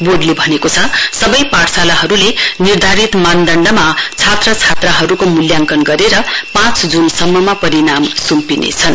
बोर्डले भनेको छ सबै पाठशालाहरूले निर्धारित मानदण्डमा छात्रछात्राहरूको मूल्याङ्कन गरेर पाँच जूनसम्म परिणाम स्म्पिनेछन्